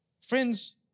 Friends